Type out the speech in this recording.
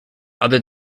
other